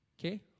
Okay